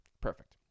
perfect